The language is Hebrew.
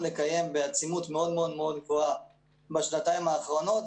לקיים בעצימות גבוהה בשנתיים האחרונות.